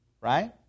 right